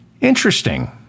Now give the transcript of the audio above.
Interesting